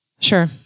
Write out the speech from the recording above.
Sure